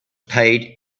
paid